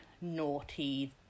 naughty